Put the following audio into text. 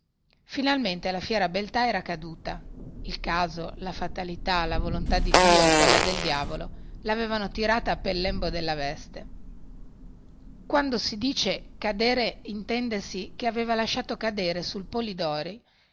finalmente la fiera beltà era caduta il caso la fatalità la volontà di dio o quella del diavolo lavevano tirata pel lembo della veste quando si dice cadere intendesi che aveva lasciato cadere sul polidori